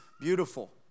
beautiful